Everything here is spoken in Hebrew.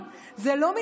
זה לא מקריאת מאמרים,